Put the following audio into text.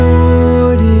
Lord